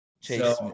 Chase